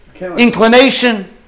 inclination